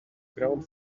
ground